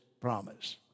promise